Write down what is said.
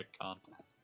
content